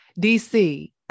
DC